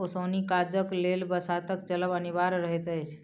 ओसौनी काजक लेल बसातक चलब अनिवार्य रहैत अछि